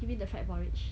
you mean the fried porridge